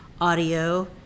audio